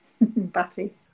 Batty